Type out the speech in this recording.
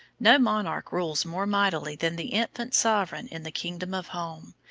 no monarch rules more mightily than the infant sovereign in the kingdom of home,